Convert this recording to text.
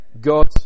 God